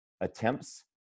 attempts